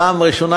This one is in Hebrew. פעם ראשונה,